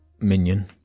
Minion